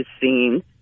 seen